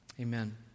amen